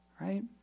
right